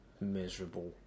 miserable